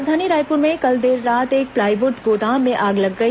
राजधानी रायपुर में कल देर रात एक प्लाईवुड गोदाम में आग लग गई